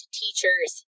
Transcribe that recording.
teachers